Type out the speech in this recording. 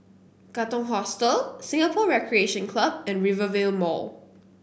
Katong Hostel Singapore Recreation Club and Rivervale Mall